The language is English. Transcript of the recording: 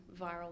viral